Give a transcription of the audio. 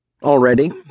Already